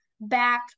back